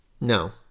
No